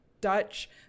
Dutch